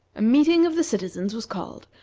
a meeting of the citizens was called,